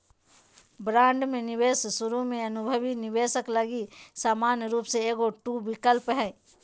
bond में निवेश शुरु में अनुभवी निवेशक लगी समान रूप से एगो टू विकल्प हइ